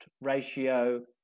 ratio